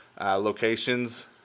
locations